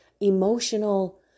emotional